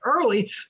early